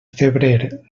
febrer